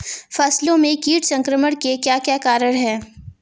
फसलों में कीट संक्रमण के क्या क्या कारण है?